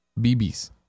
BBs